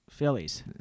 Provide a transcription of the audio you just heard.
Phillies